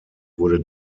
wurde